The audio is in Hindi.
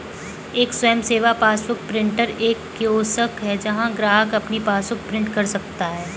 एक स्वयं सेवा पासबुक प्रिंटर एक कियोस्क है जहां ग्राहक अपनी पासबुक प्रिंट कर सकता है